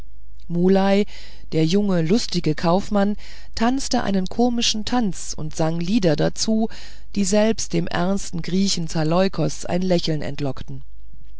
der junge lustige kaufmann tanzte einen komischen tanz und sang lieder dazu die selbst dem ernsten griechen zaleukos ein lächeln entlockten